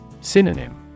Synonym